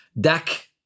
Dak